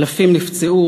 אלפים נפצעו,